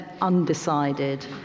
undecided